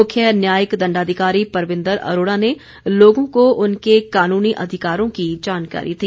मुख्य न्यायिक दण्डाधिकारी परविन्दर अरोड़ा ने लोगों को उनके कानूनी अधिकारों की जानकारी दी